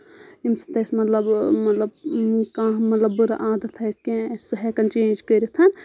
ییٚمہِ سۭتۍ اَسہِ مطلب مطلب کانٛہہ مطلب بُرٕ عادت آسہِ کینٛہہ سُہ ہؠکَان چینٛج کٔرِتھ